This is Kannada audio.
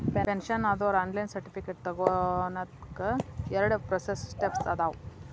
ಪೆನ್ಷನ್ ಆದೋರು ಆನ್ಲೈನ್ ಸರ್ಟಿಫಿಕೇಟ್ ತೊಗೋನಕ ಎರಡ ಪ್ರೋಸೆಸ್ ಸ್ಟೆಪ್ಸ್ ಅದಾವ